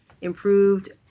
improved